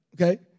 Okay